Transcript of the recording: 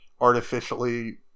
artificially